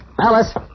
Alice